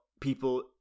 people